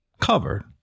Covered